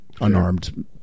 unarmed